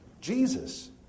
Jesus